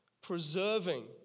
preserving